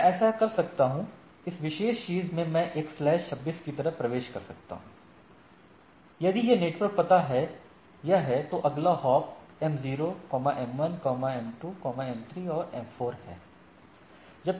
मैं ऐसा कर सकता हूं इस विशेष चीज में मैं एक स्लैश 26 की तरह प्रवेश कर सकता हूं यदि यह नेटवर्क पता यह है तो अगला hop m0 m1 m2 m3 और m4 है